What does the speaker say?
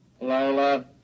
Lola